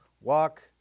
Walk